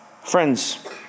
Friends